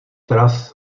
tras